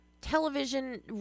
television